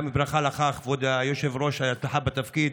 גם ברכה לך, כבוד היושב-ראש, והצלחה בתפקיד.